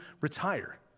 retire